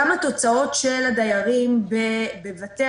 גם תוצאות הבדיקות של הדיירים בבתי